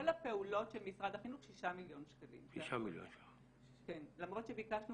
משרד החינוך 6 מיליון ₪ למרות שביקשנו